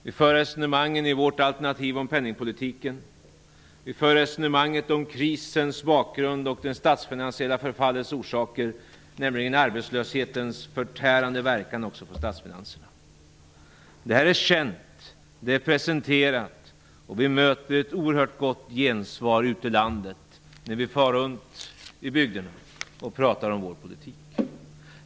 Vi för i vårt alternativ resonemang om penningpolitiken, om krisens bakgrund och om det statsfinansiella förfallets orsaker, bl.a. om arbetslöshetens förtärande verkan också på statsfinanserna. Det här är känt, det är presenterat, och vi möter ett oerhört gott gensvar ute i landet när vi far runt i bygderna och pratar om vår politik.